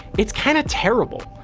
it's kinda terrible.